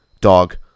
dog